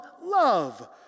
love